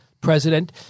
president